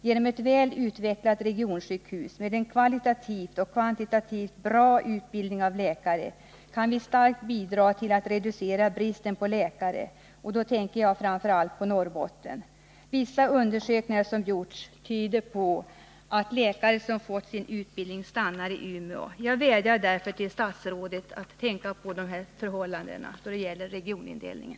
Genom ett väl utvecklat regionsjukhus med en kvalitativt och kvantitativt god utbildning av läkare kan vi starkt bidra till att reducera bristen på läkare, och då tänker jag framför allt på Norrbotten. Vissa undersökningar som gjorts tyder på att läkare som fått sin utbildning i Umeå stannar i Norrland. Jag vädjar därför till statsrådet att tänka på de här förhållandena då det gäller regionindelningen.